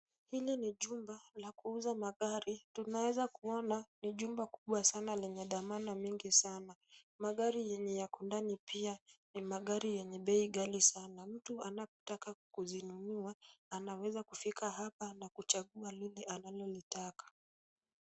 Hili ni jumba la kuuza magari. Tunaweza kuona ni jumba kubwa sana lenye dhamana mingi sana. Magari yenye yakundani pia ni magari yenye bei gali sana. Mtu anapotaka kuzinunua, anaweza kufika hapa na kuchagua lile analolitaka.